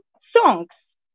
Songs